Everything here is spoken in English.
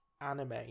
anime